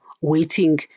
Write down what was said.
waiting